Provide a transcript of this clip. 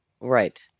Right